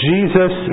Jesus